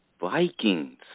Vikings